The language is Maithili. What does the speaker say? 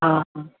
आसन